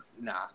nah